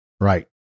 Right